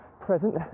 present